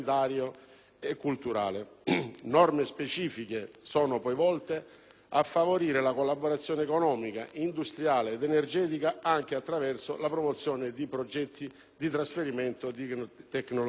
e culturale. Norme specifiche sono poi volte a favorire la collaborazione economica, industriale ed energetica, anche attraverso la promozione di progetti di trasferimento di tecnologie.